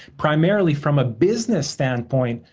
primarily from a business standpoint,